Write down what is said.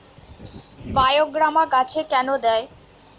বায়োগ্রামা গাছে কেন দেয়?